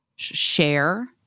share